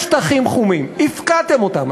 יש שטחים חומים, הפקעתם אותם.